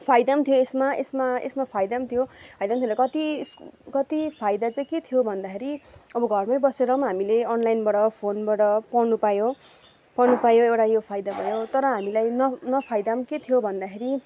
फाइदा थियो यसमा यसमा यसमा फाइदा थियो होइन कति कति फाइदा चाहिँ के थियो भन्दाखेरि अब घरमै बसेर हामीले अनलाइनबाट फोनबाट पढ्नु पायौँ पढ्नु पायौँ एउटा यो फाइदा भयो तर हामीलाई न नफाइदा के थियो भन्दाखेरि